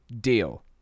deal